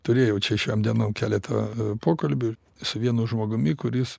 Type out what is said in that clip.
turėjau čia šiom dienom keletą pokalbių su vienu žmogumi kuris